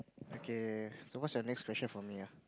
okay so what's your next question for me ah